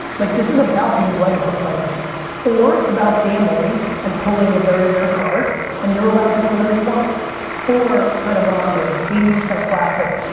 like this is about being right about players or it's about gambling and pulling a very rare card and you're allowed to do whatever you want or kind of what i'm doing, eighty percent classic,